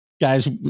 Guys